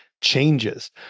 changes